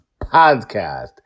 podcast